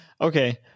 Okay